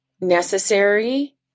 necessary